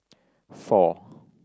four